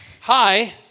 Hi